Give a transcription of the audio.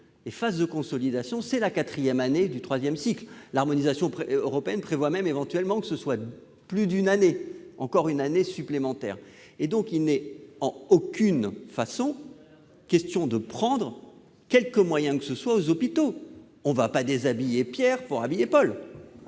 phase de consolidation, c'est la quatrième année du troisième cycle. L'harmonisation européenne prévoit même, éventuellement, une durée supérieure à une année. Il n'est en aucune manière question de prendre quelque moyen que ce soit aux hôpitaux. On ne va pas déshabiller Pierre pour habiller Paul.